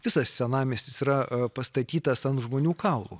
visas senamiestis yra pastatytas ant žmonių kaulų